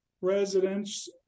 residents